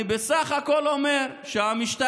אני בסך הכול אומר שהמשטרה,